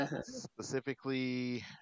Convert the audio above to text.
Specifically